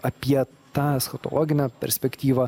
apie tą eschatologinę perspektyvą